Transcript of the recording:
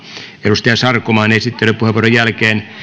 edustaja sarkomaan esittelypuheenvuoron jälkeen